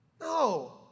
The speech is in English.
No